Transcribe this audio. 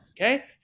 okay